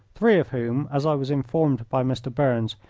three of whom, as i was informed by mr. burns,